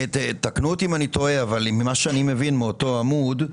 תקנו אותי אם אני טועה אבל ממה שאני מבין מאותו עמוד,